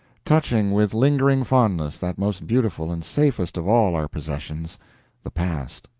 touching with lingering fondness that most beautiful and safest of all our possessions the past.